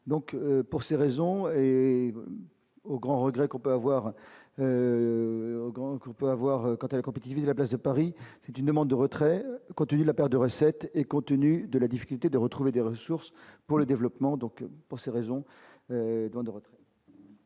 donc pour ces raisons, et au grand regret qu'on peut avoir grand coup peut avoir quant à la compétitivité, la place de Paris, c'est une demande de retrait continue la perte de recettes et compte tenu de la difficulté de retrouver des ressources pour le développement, donc, pour ces raisons vendredi.